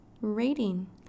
rating